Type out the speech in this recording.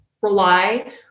rely